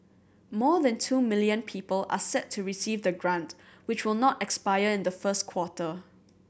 more than two million people are set to receive the grant which will not expire in the first quarter